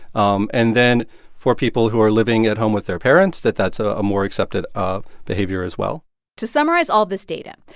um and then for people who are living at home with their parents, that that's a more accepted behavior as well to summarize all this data,